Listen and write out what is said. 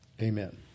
Amen